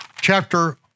chapter